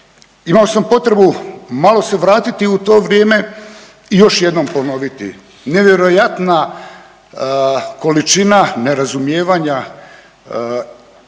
imao sam potrebu malo se vratiti u to vrijeme i još jednom ponoviti. Nevjerojatna količina nerazumijevanja,